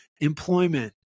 employment